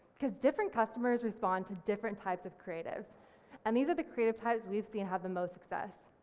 because different customers respond to different types of creatives and these are the creative types we've seen have the most success.